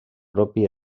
propi